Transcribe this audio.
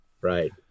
right